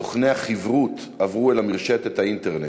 סוכני החִברוּת, עברו אל המרשתת, האינטרנט.